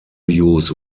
use